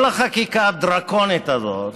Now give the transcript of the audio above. כל החקיקה הדרקונית הזאת,